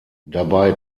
dabei